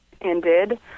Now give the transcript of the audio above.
ended